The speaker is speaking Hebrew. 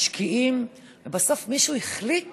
משקיעים, ובסוף מישהו החליט